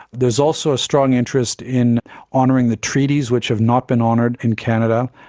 there is also a strong interest in honouring the treaties which have not been honoured in canada,